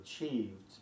achieved